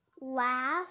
laugh